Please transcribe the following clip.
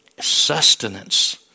Sustenance